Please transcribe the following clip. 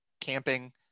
camping